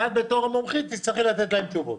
ואת בתור מומחית תצטרכי לתת להם תשובות.